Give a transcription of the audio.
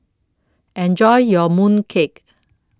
Enjoy your Mooncake